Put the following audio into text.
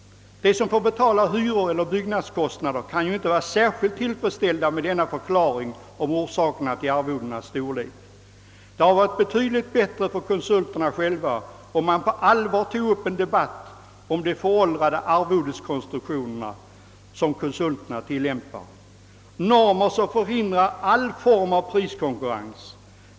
De som får betala hyror eller byggnadskostnader kan ju inte vara särskilt tillfredsställda med denna förklaring om orsaken till arvodenas storlek. Det hade varit betydligt bättre även för konsulterna själva, om man på allvar tagit upp en debatt om den föråldrade arvodeskonstruktion som konsulterna tillämpar, normer som förhindrar all form av priskonkurrens.